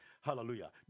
Hallelujah